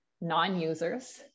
non-users